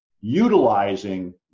utilizing